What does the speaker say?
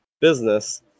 business